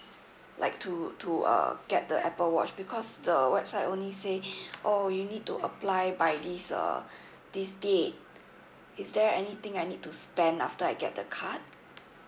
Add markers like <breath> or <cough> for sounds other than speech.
like to to uh get the apple watch because the website only say <breath> oh you need to apply by this uh <breath> this date is there anything I need to spend after I get the card